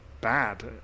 bad